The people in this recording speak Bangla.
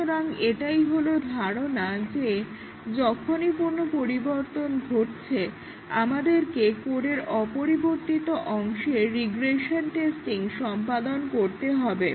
সুতরাং এটাই হলো ধারণা যে যখনই কোনো পরিবর্তন ঘটছে আমাদেরকে কোডের অপরিবর্তিত অংশের রিগ্রেশন টেস্টিং সম্পাদন করতে হবে